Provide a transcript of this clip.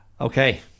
okay